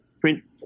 print